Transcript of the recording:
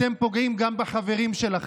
אתם פוגעים גם בחברים שלכם.